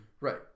Right